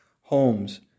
homes